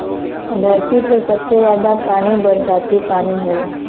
धरती पे सबसे जादा पानी बरसाती पानी होला